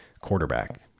quarterback